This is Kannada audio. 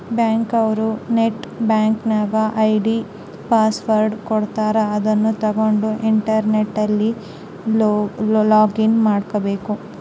ಬ್ಯಾಂಕ್ ಅವ್ರು ನೆಟ್ ಬ್ಯಾಂಕಿಂಗ್ ಐ.ಡಿ ಪಾಸ್ವರ್ಡ್ ಕೊಡ್ತಾರ ಅದುನ್ನ ತಗೊಂಡ್ ಇಂಟರ್ನೆಟ್ ಅಲ್ಲಿ ಲೊಗಿನ್ ಮಾಡ್ಕಬೇಕು